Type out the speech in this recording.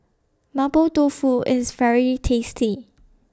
Mapo Tofu IS very tasty